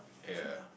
ya ya